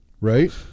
right